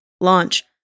launch